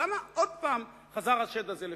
למה עוד פעם חזר השד הזה לפנינו?